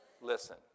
listen